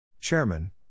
Chairman